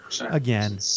Again